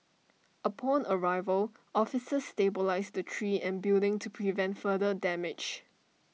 upon arrival officers stabilised tree and building to prevent further damage